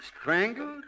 Strangled